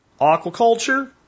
Aquaculture